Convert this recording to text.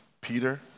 Peter